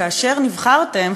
כאשר נבחרתם,